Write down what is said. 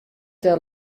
der